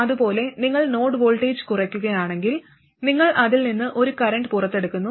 അതുപോലെ നിങ്ങൾ node voltage കുറയ്ക്കണമെങ്കിൽ നിങ്ങൾ അതിൽ നിന്ന് ഒരു കറന്റ് പുറത്തെടുക്കുന്നു